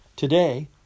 Today